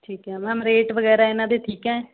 ਠੀਕ ਹੈ ma'am rate ਵਗੈਰਾ ਇਹਨਾਂ ਦੇ ਠੀਕ ਹੈ